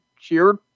cheered